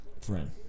friend